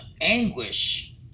anguish